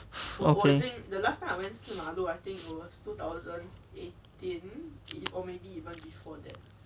okay